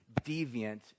deviant